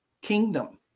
Kingdom